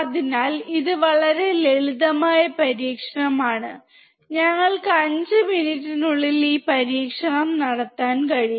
അതിനാൽ ഇത് വളരെ ലളിതമായ പരീക്ഷണമാണ് നിങ്ങൾക്ക് 5മിനിറ്റ് നുള്ളിൽ ഈ പരീക്ഷണം നടത്താൻ കഴിയും